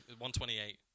128